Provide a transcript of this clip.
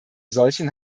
solchen